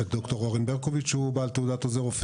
יש ד"ר אורן ברקוביץ' שהוא בעל תעודת עוזר רופא